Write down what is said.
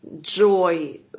joy